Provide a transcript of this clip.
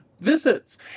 visits